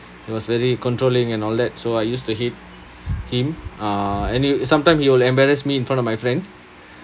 he was very controlling and all that so I used to hate him uh and he sometime he will embarrass me in front of my friends